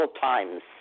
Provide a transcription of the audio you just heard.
times